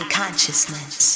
consciousness